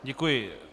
Děkuji.